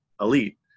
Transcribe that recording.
elite